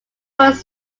was